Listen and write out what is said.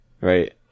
Right